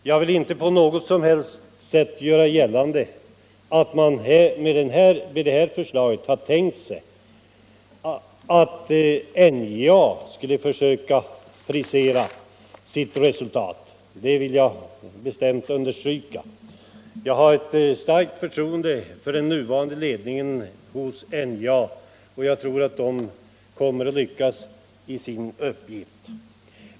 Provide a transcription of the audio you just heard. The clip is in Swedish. Jag vill inte på något sätt göra gällande att man med det framlagda förslaget har velat ge NJA en möjlighet att frisera sitt resultat. Det vill jag bestämt understryka. Jag har ett starkt förtroende för den nuvarande ledningen för NJA, och jag tror att den kommer att lyckas med sin uppgift.